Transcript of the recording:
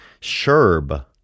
Sherb